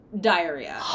diarrhea